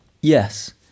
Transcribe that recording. Yes